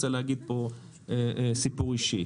אני רוצה לספר פה סיפור אישי.